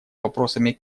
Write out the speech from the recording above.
вопросами